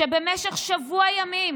שבמשך שבוע ימים